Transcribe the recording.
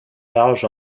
large